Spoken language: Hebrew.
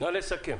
נא לסכם.